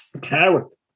character